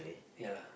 ya lah